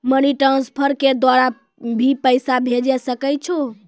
Money transfer के द्वारा भी पैसा भेजै सकै छौ?